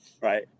Right